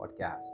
Podcast